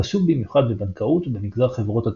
חשוב במיוחד בבנקאות ובמגזר חברות התעופה.